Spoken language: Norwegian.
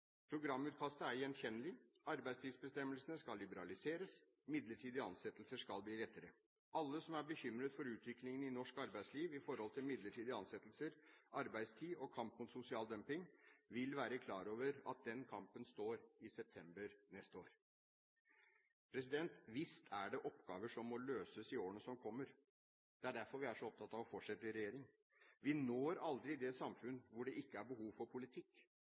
programutkastet er gjenkjennelig – arbeidstidsbestemmelsene skal liberaliseres, midlertidige ansettelser skal bli lettere. Alle som er bekymret for utviklingen i norsk arbeidsliv med hensyn til midlertidige ansettelser, arbeidstid og kampen mot sosial dumping, vil være klar over at den kampen står i september neste år. Visst er det oppgaver som må løses i årene som kommer, det er derfor vi er så opptatt av å fortsette i regjering. Vi når aldri det samfunn hvor det ikke er behov for politikk,